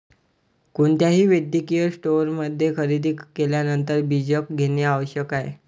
कोणत्याही वैद्यकीय स्टोअरमध्ये खरेदी केल्यानंतर बीजक घेणे आवश्यक आहे